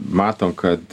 matom kad